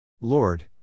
Lord